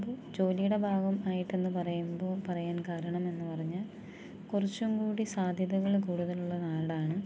ജോലിയുടെ ഭാഗം ആയിട്ടെന്ന് പറയുമ്പോൾ പറയാൻ കാരണം എന്ന് പറഞ്ഞാൽ കുറച്ചും കൂടി സാദ്ധ്യതകൾ കൂടുതലുള്ള നാടാണ്